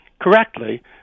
correctly